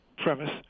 Premise